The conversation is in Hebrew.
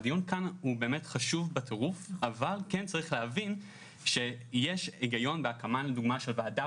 הדיון כאן הוא באמת חשוב אבל צריך להבין שיש היגיון בהקמה של ועדה